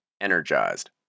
Energized